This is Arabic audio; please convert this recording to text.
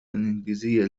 الإنجليزية